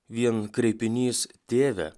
vien kreipinys tėve